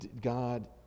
God